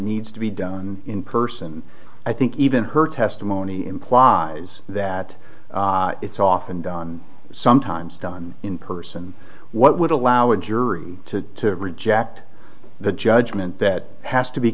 needs to be done in person i think even her testimony implies that it's often done sometimes done in person what would allow a jury to reject the judgment that has to be